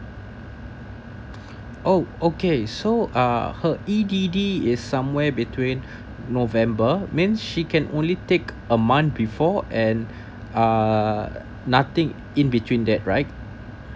oh okay so uh her E_D_D is somewhere between november mean she can only take a month before and uh nothing in between that right